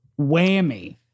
Whammy